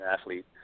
athlete